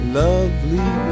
lovely